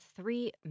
three